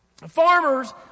Farmers